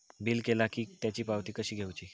Bill केला की त्याची पावती कशी घेऊची?